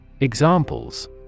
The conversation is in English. Examples